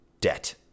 debt